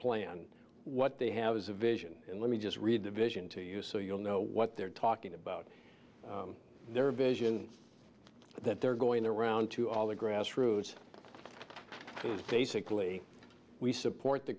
plan what they have is a vision and let me just read the vision to you so you'll know what they're talking about their vision that they're going around to all the grassroots basically we support the